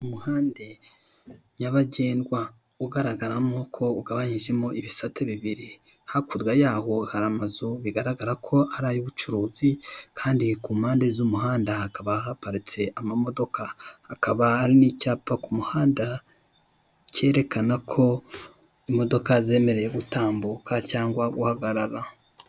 Umuhanda nyabagendwa ugaragramo ko ugabanyijemo ibisate bibiri. Hakurya yayo hari amazu bigaragar ko ar ay'ubucuruzi, kandi ku mpande z'umuhanda hakaba hapatise amamodoka, hakaba hari n'icyapa ku muhanda kerekana ko imodoka zemerewe gutambuka cyangwa guhagarara.